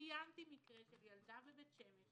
ציינתי מקרה של ילדה בבית שמש